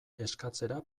eskatzera